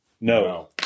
No